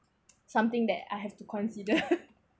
something that I have to consider